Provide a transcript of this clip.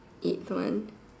eighth one